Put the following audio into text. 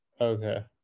Okay